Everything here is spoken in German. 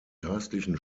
geistlichen